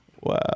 Wow